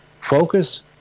focus